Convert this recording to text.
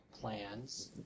plans